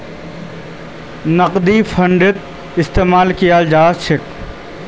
नकदीक फंडिंगत इस्तेमाल कियाल जवा सक छे